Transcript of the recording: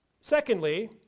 Secondly